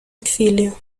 exilio